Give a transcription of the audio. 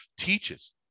teaches